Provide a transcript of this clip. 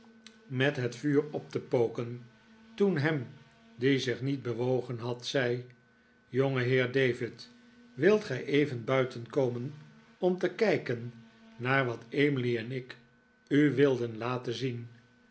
met het vuur op te poken toen ham die zich niet bewogen had zei jongeheer david wilt gij even buiten komen om te kijken naar wat emily en ik u wilden laten zien